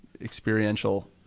experiential